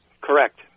Correct